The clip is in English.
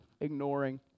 ignoring